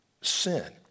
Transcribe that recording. sin